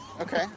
Okay